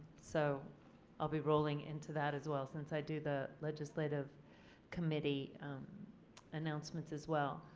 so i'll be rolling into that as well since i do the legislative committee announcements as well.